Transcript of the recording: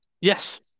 Yes